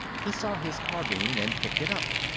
he saw his carbine, and picked it up.